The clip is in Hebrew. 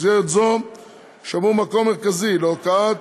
במסגרת זו שמור מקום מרכזי להוקעה